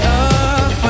up